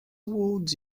would